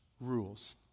rules